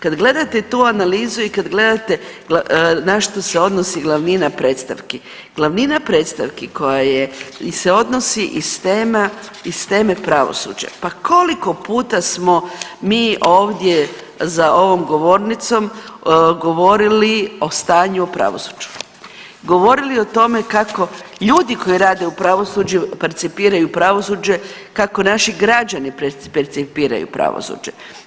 Kad gledate tu analizu i kad gledate na što se odnosi glavnina predstavki, glavnina predstavki koja se odnosi iz teme pravosuđe, pa koliko puta smo mi ovdje za ovom govornicom govorili o stanju u pravosuđu, govorili o tome kako ljudi koji rade u pravosuđu percipiraju pravosuđe kako naši građani percipiraju pravosuđe.